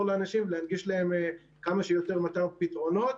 לאנשים ולהנגיש להם כמה שיותר מתן פתרונות.